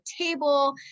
table